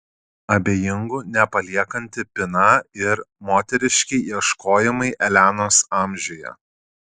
abejingų nepaliekanti pina ir moteriški ieškojimai elenos amžiuje